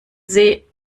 see